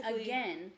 again